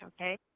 okay